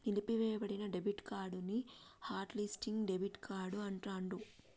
నిలిపివేయబడిన debit card ని hot listing debit card అంటాండ్రు